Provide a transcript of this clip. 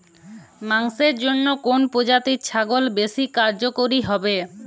মাংসের জন্য কোন প্রজাতির ছাগল বেশি কার্যকরী হবে?